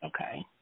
Okay